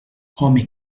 home